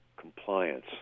compliance